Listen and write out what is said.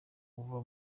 ava